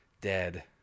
dead